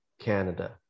Canada